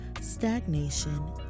stagnation